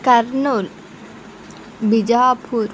Kurnool Bijapur